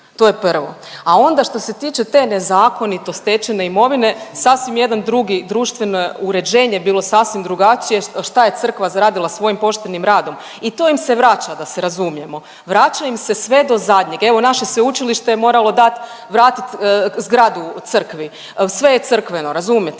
to je prvo. A onda što se tiče te nezakonito stečene imovine sasvim jedan drugi, društveno uređenje je bilo sasvim drugačije, šta je crkva zaradila svojim poštenim radom i to im se vraća da se razumijemo, vraća im se sve do zadnjeg. Evo naše sveučilište je moralo dat, vratit zgradu crkvi, sve je crkveno, razumijete?